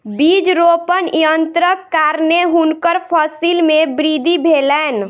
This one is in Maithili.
बीज रोपण यन्त्रक कारणेँ हुनकर फसिल मे वृद्धि भेलैन